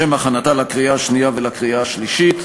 לשם הכנתה לקריאה שנייה ולקריאה שלישית.